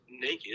naked